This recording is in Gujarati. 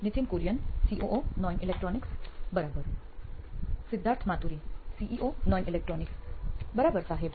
Nithin Kurian COO Noine electronics બરાબર Siddharth Maturi CEO Noine electronics બરાબર સાહેબ